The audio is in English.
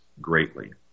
greatly